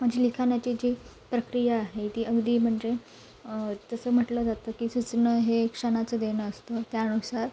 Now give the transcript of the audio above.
माझी लिखानाची जी प्रक्रिया आहे ती अगदी म्हणजे तसं म्हटलं जातं की सुचणं हे एक क्षणाचं देणं असतं त्यानुसार